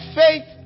faith